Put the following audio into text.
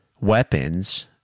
weapons